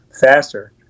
faster